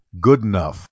Goodenough